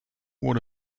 what